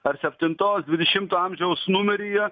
ar septintos dvidešimto amžiaus numeryje